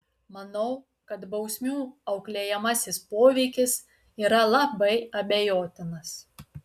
manau kad bausmių auklėjamasis poveikis yra labai abejotinas